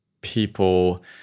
people